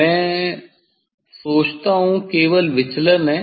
मैं सोचता हूं केवल विचलन है